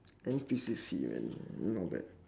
N_P_C_C man not bad